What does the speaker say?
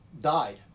died